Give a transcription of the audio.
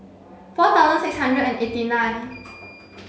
four thousand six hundred and eighty nine